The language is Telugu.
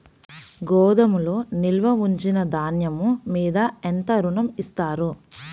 గోదాములో నిల్వ ఉంచిన ధాన్యము మీద ఎంత ఋణం ఇస్తారు?